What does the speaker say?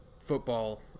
football